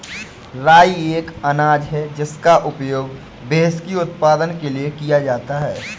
राई एक अनाज है जिसका उपयोग व्हिस्की उत्पादन के लिए किया जाता है